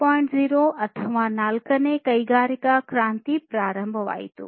0 ಅಥವಾ ನಾಲ್ಕನೇ ಕೈಗಾರಿಕಾ ಕ್ರಾಂತಿ ಪ್ರಾರಂಭವಾಯಿತು